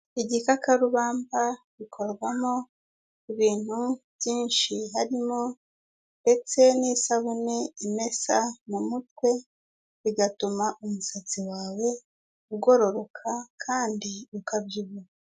Igikakarubamba gikorwamo ibintu byinshi, harimo ndetse n'isabune imesa mu mutwe, bigatuma umusatsi wawe ugororoka, kandi ukabyibuha.